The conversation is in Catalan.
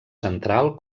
central